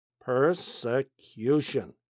persecution